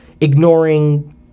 ignoring